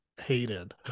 hated